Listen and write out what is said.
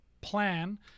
plan